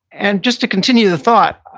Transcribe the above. and just to continue the thought,